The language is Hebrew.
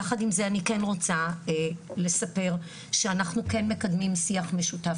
יחד עם זה אני כן רוצה לספר שאנחנו כן מקדמים שיח משותף